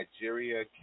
Nigeria